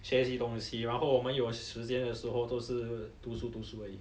学习东西然后我们有时间的时候都是读书读书而已